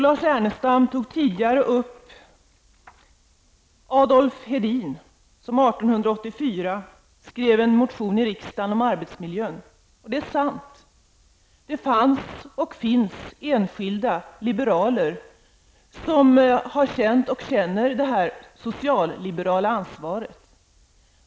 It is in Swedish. Lars Ernestam nämnde tidigare Adolf Hedin, som Ja, det är sant att det har funnits enskilda liberaler som har känt, och det finns fortfarande enskilda liberaler som känner, det här socialliberala ansvaret.